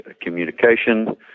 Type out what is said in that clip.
communication